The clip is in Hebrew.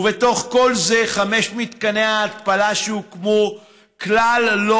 ובתוך כל זה חמשת מתקני ההתפלה שהוקמו כלל לא